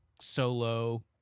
solo